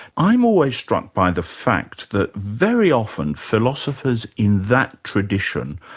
i'm always struck by the fact that very often philosophers in that tradition,